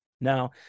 Now